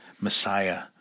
Messiah